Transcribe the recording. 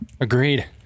Agreed